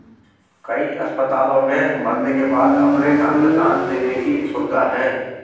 कई अस्पतालों में मरने के बाद अपने अंग दान देने की सुविधा है